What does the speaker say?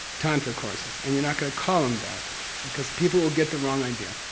tantra courses, and you're not going to call them that because people will get the wrong idea.